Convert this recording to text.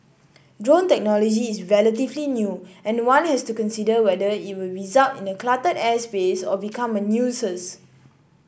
drone technology is relatively new and one has to consider whether it will result in cluttered airspace or become a nuisance